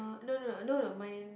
no no no no mine